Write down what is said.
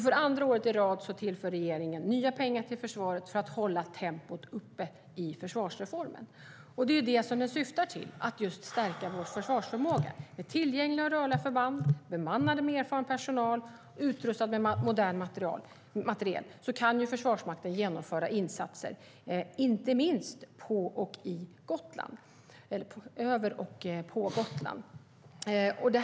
För andra året i rad tillför regeringen också nya pengar till försvaret för att hålla tempot uppe i försvarsreformen. Den syftar just till att stärka vår försvarsförmåga. Med tillgängliga och rörliga förband som är bemannade med erfaren personal och utrustade med modernt materiel kan Försvarsmakten genomföra insatser, inte minst över och på Gotland.